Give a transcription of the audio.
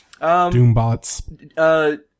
Doombots